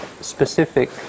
specific